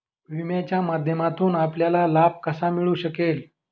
विम्याच्या माध्यमातून आपल्याला लाभ कसा मिळू शकेल?